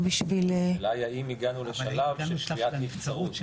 השאלה האם הגענו לשלב שיש קביעת נבצרות.